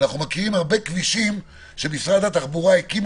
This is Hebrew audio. אנחנו מכירים הרבה כבישים שמשרד התחבורה הקים